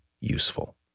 useful